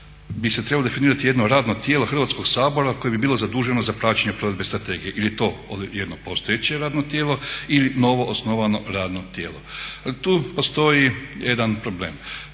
bi se trebalo definirati jedno radno tijelo Hrvatskog sabora koje bi bilo zaduženo za praćenje provedbe strategije. Je li to jedno postojeće radno tijelo ili novoosnovano radno tijelo? Tu postoji jedan problem.